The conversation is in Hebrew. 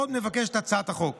עוד מבקשת את הצעת החוק